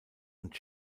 und